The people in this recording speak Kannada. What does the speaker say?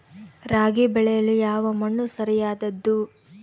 ರಾಗಿ ಬೆಳೆಯಲು ಯಾವ ಮಣ್ಣು ಸರಿಯಾದದ್ದು?